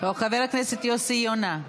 חבר הכנסת יוסי יונה,